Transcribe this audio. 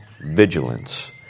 vigilance